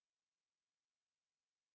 eh kau punya kad ngan aku punya kad lain eh